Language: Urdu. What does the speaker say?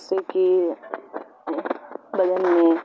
جیسے کہ بدن میں